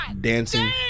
dancing